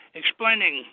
explaining